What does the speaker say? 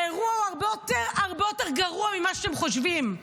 האירוע הוא הרבה יותר גרוע ממה שאתם חושבים,